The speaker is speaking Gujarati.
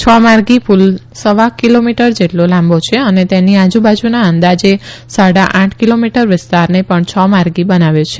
છ માર્ગી પુલ સવા કીલોમીટર જેટલો લાંબો છે અને તેની આજુબાજુના અંદાજે સાડા આઠ કીલોમીટર વિસ્તારને ણ છ માર્ગી બનાવ્યો છે